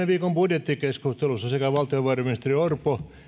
viikon budjettikeskustelussa sekä valtiovarainministeri orpo